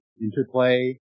interplay